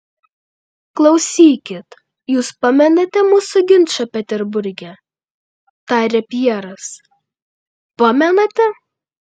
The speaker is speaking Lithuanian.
klausykit jus pamenate mūsų ginčą peterburge tarė pjeras pamenate